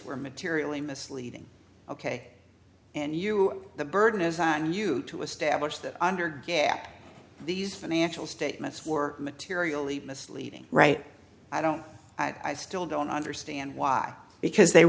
were materially misleading ok and you the burden is on you to establish that under these financial statements were materially misleading right i don't i still don't understand why because they